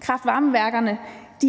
Kraft-varme-værkerne